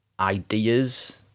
Ideas